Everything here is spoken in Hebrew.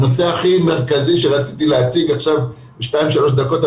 הנושא הכי מרכזי שרציתי להציג עכשיו ב-2-3 דקות,